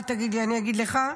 אל תגיד לי, אני אגיד לך: